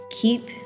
Keep